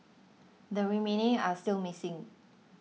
the remaining are still missing